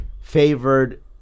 favored